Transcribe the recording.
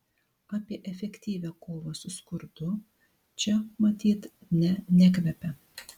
apie efektyvią kovą su skurdu čia matyt ne nekvepia